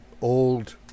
old